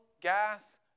gas